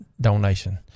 donation